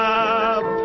up